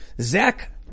zach